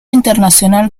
internacional